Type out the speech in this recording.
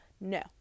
No